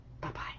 Bye-bye